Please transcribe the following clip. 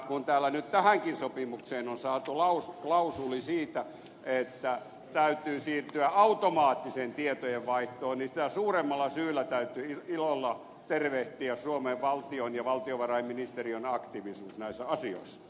kun nyt tähänkin sopimukseen on saatu klausuuli siitä että täytyy siirtyä automaattiseen tietojenvaihtoon niin sitä suuremmalla syyllä täytyy ilolla tervehtiä suomen valtion ja valtiovarainministeriön aktiivisuutta näissä asioissa